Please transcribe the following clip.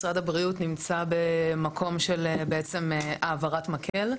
משרד הבריאות נמצא במקום של ״העברת מקל״.